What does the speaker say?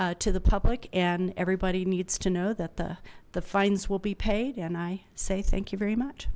to the public and everybody needs to know that the the fines will be paid and i say thank you very much